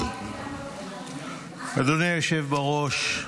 אדוני היושב בראש,